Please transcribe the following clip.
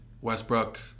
Westbrook